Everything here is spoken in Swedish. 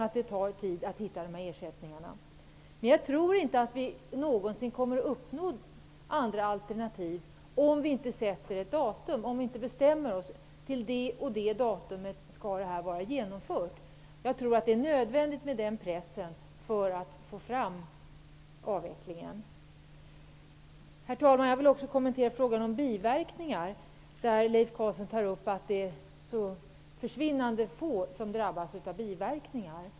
Det tar tid att hitta ersättningar. Jag tror inte att vi någonsin kommer att finna andra alternativ om vi inte bestämmer att till ett visst datum skall detta vara genomfört. Jag tror att det är nödvändigt med den pressen för att få i gång avvecklingen. Herr talman! Jag vill också kommentera frågan om biverkningar. Leif Carlson hävdar att det är så försvinnande få som drabbas av biverkningar.